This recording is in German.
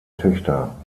töchter